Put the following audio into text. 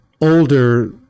older